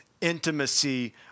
intimacy